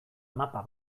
mapa